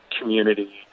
community